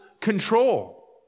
control